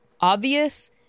obvious